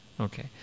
Okay